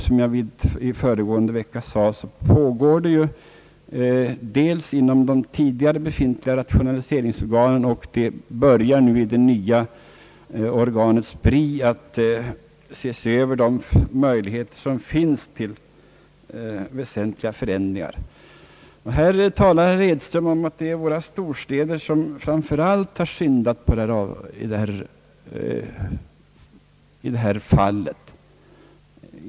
Som jag sade förra veckan pågår arbete inom de tidigare befintliga rationaliseringsorganen, och inom det nya organet SPRI börjar man nu se över de möjligheter till väsentliga förändringar som finns. Herr Edström säger att det framför allt är våra storstäder som syndat i detta fall.